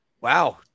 wow